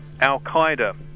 al-Qaeda